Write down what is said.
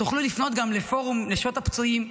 תוכלו לפנות גם לפורום נשות הפצועים,